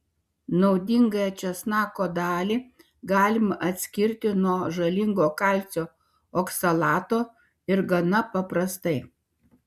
naudingąją česnako dalį galima atskirti nuo žalingo kalcio oksalato ir gana paprastai